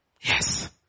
Yes